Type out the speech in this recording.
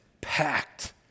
packed